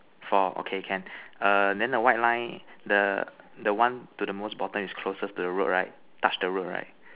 four okay can err then the white line the the one to the most bottom is closest to the road right touch the road right